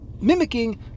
mimicking